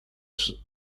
sus